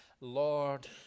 Lord